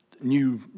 New